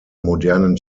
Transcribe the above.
modernen